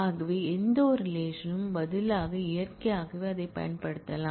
ஆகவே எந்தவொரு ரிலேஷன்ம் பதிலாக இயற்கையாகவே அதைப் பயன்படுத்தலாம்